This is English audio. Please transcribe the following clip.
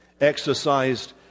exercised